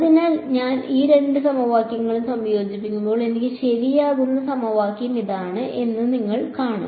അതിനാൽ ഞാൻ ഈ രണ്ട് സമവാക്യങ്ങളും സംയോജിപ്പിക്കുമ്പോൾ എനിക്ക് ശരിയാകുന്ന സമവാക്യം ഇതാണ് എന്ന് നിങ്ങൾ കാണും